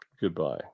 Goodbye